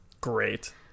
Great